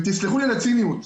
ותסלחו לי על הציניות: